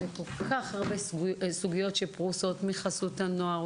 יש כל-כך הרבה סוגיות שפרוסות מחסות הנוער,